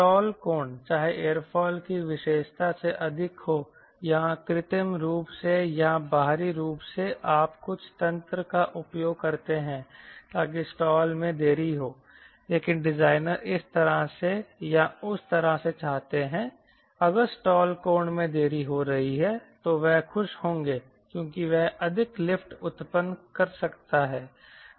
stall कोण चाहे aerofoil की विशेषता से अधिक हो या कृत्रिम रूप से या बाहरी रूप से आप कुछ तंत्र का उपयोग करते हैं ताकि स्टाल में देरी हो लेकिन डिजाइनर इस तरह से या उस तरह से चाहते हैं अगर स्टॉल कोण में देरी हो रही है तो वह खुश होंगे क्योंकि वह अधिक लिफ्ट उत्पन्न कर सकता है